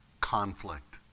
conflict